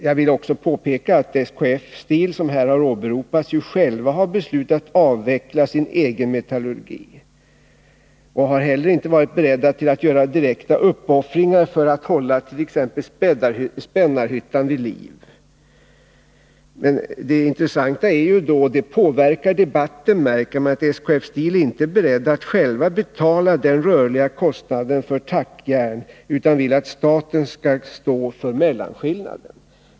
Jag vill vidare påpeka att SKF Steel AB självt har beslutat att avveckla sin egen metallurgiska verksamhet. Dessutom har man inte varit beredd att göra direkta uppoffringar för att hålla verksamheten i t.ex. Spännarhyttan vid liv. Det intressanta är ju då — och det påverkar debatten, märker vi — att man vid SKF Steel AB inte är beredd att själv betala den rörliga kostnaden för tackjärn utan vill att staten skall stå för mellanskillnaden.